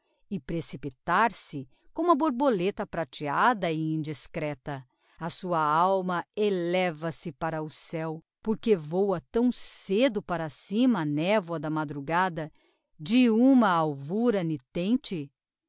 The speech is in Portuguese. e precipitar-se como a borboleta prateada e indiscreta a sua alma eleva se para o céo porque vôa tão cedo para cima a nevoa da madrugada de uma alvura nitente